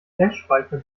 flashspeicher